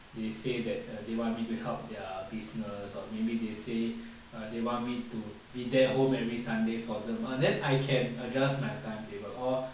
they say that they want me to help their business or maybe they say err they want me to be there home every sunday for them err then I can adjust my timetable or